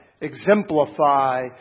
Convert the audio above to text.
exemplify